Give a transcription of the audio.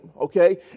Okay